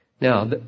Now